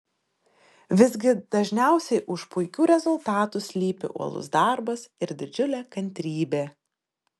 visgi dažniausiai už puikių rezultatų slypi uolus darbas ir didžiulė kantrybė